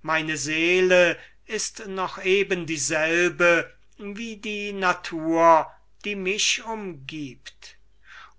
meine seele ist noch eben dieselbige wie die natur die mich umgibt o